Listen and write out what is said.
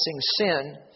sin